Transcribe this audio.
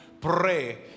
pray